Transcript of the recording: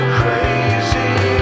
crazy